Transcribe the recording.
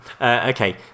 Okay